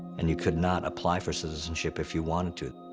and you could not apply for citizenship if you wanted to.